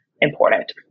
important